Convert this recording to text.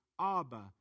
Abba